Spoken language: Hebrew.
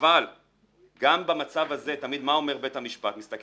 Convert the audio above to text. אבל גם במצב הזה מה אומר בית המשפט תמיד?